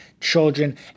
children